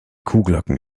kuhglocken